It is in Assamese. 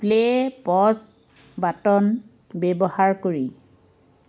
প্লে' প'জ বাটন ব্যৱহাৰ কৰি